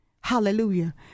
Hallelujah